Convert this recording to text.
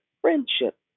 Friendship